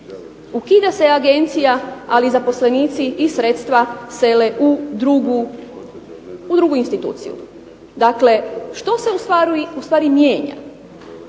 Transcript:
ukida se Agencija ali zaposlenici i sredstva sele u drugu instituciju. Dakle, što se ustvari mijenja?